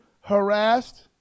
harassed